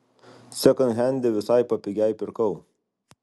sekondhende visai papigiai pirkau